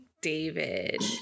David